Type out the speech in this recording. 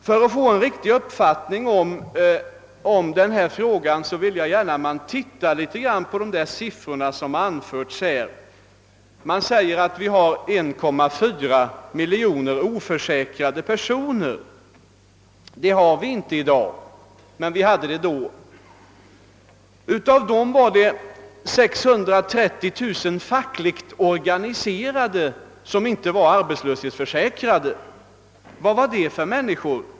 För att få en riktig uppfattning om denna fråga måste man ta hänsyn till de siffror som har anförts i detta sam manhang. Det framhålles att vi i vårt land har 1,4 miljon oförsäkrade personer. Det har vi inte i dag, men vi hade det år 1961. Av dessa var 630 000 fackligt organiserade. Vad slags personer var då dessa?